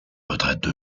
retraite